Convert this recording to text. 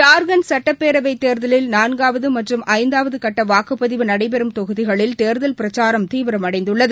ஜார்க்கண்ட் சட்டப்பேரவைத் தேர்தலில் நான்காவது மற்றும் ஐந்தாவது கட்ட வாக்குப்பதிவு நடைபெறும் தொகுதிகளில் தேர்தல் பிரச்சாரம் தீவிரமடைந்துள்ளது